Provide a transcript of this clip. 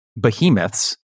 behemoths